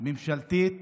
ממשלתית